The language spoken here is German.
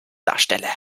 darstelle